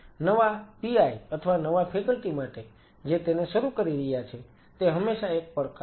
નવા પીઆઈ અથવા નવા ફેકલ્ટી માટે જે તેને શરૂ કરી રહ્યા છે તે હંમેશા એક પડકાર છે